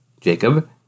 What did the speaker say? Jacob